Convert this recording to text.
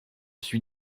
suis